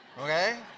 Okay